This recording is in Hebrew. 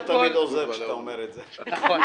לא תמיד עוזר כשאתה אומר את זה ...